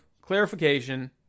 clarification